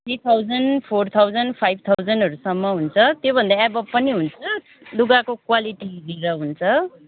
three thousand four thousand five थाउजन्डहरूसम्म हुन्छ त्योभन्दा एभव पनि हुन्छ लुगाको क्वालिटी हेरेर हुन्छ